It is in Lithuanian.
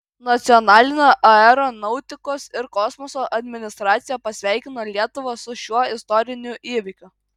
nacionalinė aeronautikos ir kosmoso administracija pasveikino lietuvą su šiuo istoriniu įvykiu